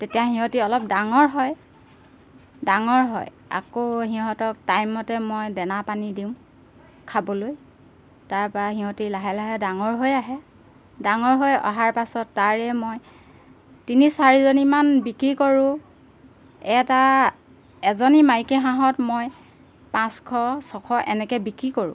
তেতিয়া সিহঁতে অলপ ডাঙৰ হয় ডাঙৰ হয় আকৌ সিহঁতক টাইম মতে মই দানা পানী দিওঁ খাবলৈ তাৰপৰা সিহঁতে লাহে লাহে ডাঙৰ হৈ আহে ডাঙৰ হৈ অহাৰ পাছত তাৰে মই তিনি চাৰিজনীমান বিক্ৰী কৰোঁ এটা এজনী মাইকী হাঁহত মই পাঁচশ ছশ এনেকৈ বিক্ৰী কৰোঁ